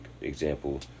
example